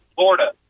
Florida